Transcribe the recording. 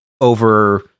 over